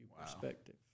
perspective